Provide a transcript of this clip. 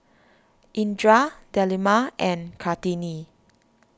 Indra Delima and Kartini